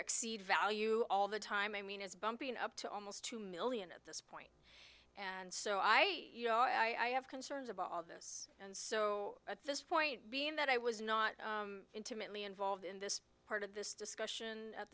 exceed value all the time i mean is bumping up to almost two million at this point and so i i have concerns of all this and so at this point being that i was not intimately involved in this part of this discussion at